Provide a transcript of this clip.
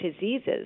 diseases